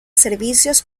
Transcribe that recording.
servicios